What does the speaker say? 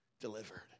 Delivered